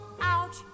ouch